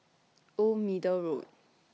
Old Middle Road